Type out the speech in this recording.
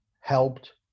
helped